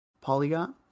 Polygon